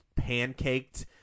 pancaked